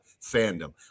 fandom